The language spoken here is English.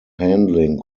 handling